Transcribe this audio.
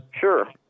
Sure